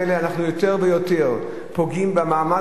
אנחנו יותר ויותר פוגעים במעמד הרופא,